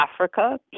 Africa